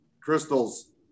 crystals